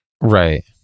Right